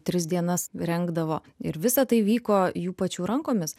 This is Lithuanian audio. tris dienas rengdavo ir visa tai vyko jų pačių rankomis